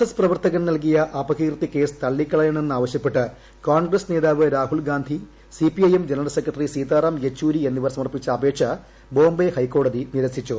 S പ്രവർത്തകൻ നൽകിയ അപകീർത്തി കേസ് തള്ളിക്കളയണമെന്ന് ആവശ്യപ്പെട്ട് കോൺഗ്രസ് നേതാവ് Rahul Gandhi CPIM general secretary Sitaram Yechury എന്നിവർ സമർപ്പിച്ച അപേക്ഷ ബോംബെ ഹൈക്കോടതി നിരസിച്ചു